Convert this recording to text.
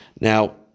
Now